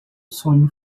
sonho